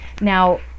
now